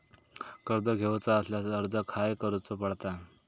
कर्ज घेऊचा असल्यास अर्ज खाय करूचो पडता?